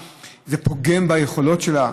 זה פוגם ביכולת שלה,